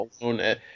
alone